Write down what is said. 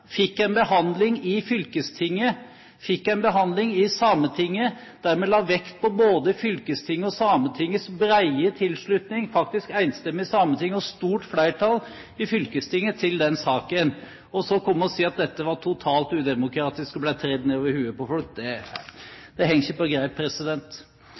fikk en behandling i fylkestinget, fikk en behandling i Sametinget og la dermed vekt på både fylkestingets og Sametingets brede tilslutning. Det var faktisk et enstemmig sameting og et stort flertall i fylkestinget for den saken. Å komme og si at dette var totalt udemokratisk og ble tredd ned over hodet på folk,